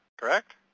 correct